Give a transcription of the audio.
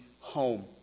home